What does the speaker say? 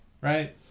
right